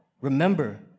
remember